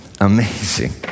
amazing